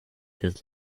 his